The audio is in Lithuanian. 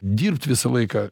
dirbt visą laiką